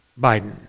Biden